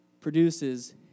produces